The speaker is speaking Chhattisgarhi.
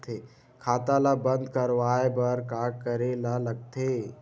खाता ला बंद करवाय बार का करे ला लगथे?